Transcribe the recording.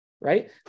right